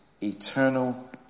eternal